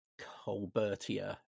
Colbertia